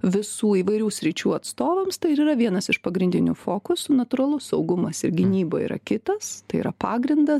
visų įvairių sričių atstovams tai ir yra vienas iš pagrindinių fokusų natūralu saugumas ir gynyba yra kitas tai yra pagrindas